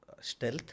Stealth